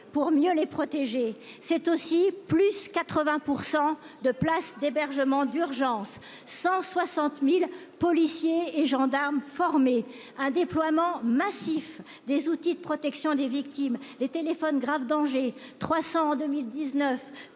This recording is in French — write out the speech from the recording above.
pour mieux les protéger. C'est aussi +80 % de places d'hébergement d'urgence, 160 000 policiers et gendarmes formés, un déploiement massif des outils de protection des victimes- plus de 3 400 téléphones grave danger aujourd'hui